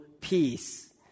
peace